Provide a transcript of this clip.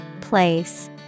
Place